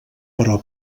però